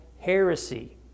heresy